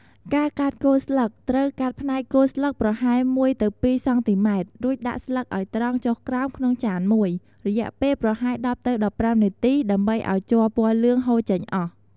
ការកាត់គល់ស្លឹកត្រូវ កាត់ផ្នែកគល់ស្លឹកប្រហែល ១ទៅ២ សង់ទីម៉ែត្រ រួចដាក់ស្លឹកឲ្យត្រង់ចុះក្រោមក្នុងចានមួយ រយៈពេលប្រហែល ១០ទៅ១៥ នាទី ដើម្បីឲ្យជ័រពណ៌លឿង ហូរចេញអស់។